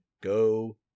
go